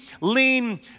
lean